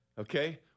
okay